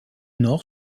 nord